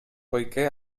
poiché